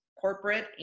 corporate